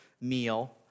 meal